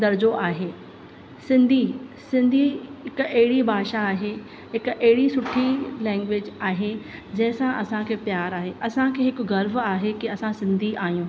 दर्ज़ो आहे सिन्धी सिन्धी हिकु अहिड़ी भाषा आहे हिकु अहिड़ी सुठी लेंग्वेज आहे जंहिंसां असांखे प्यारु आहे असांखे हिकु गर्व आहे कि असां सिन्धी आहियूं